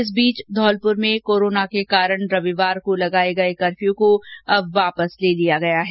इस बीच धौलपुर में कोरोना के कारण रविवार को लगाये गये कर्फ्य को अब वापस ले लिया गया है